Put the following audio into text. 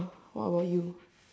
uh where are you